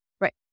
Right